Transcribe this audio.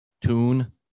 tune